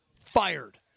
fired